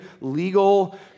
legal